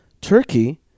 Turkey